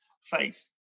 faith